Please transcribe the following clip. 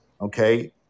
okay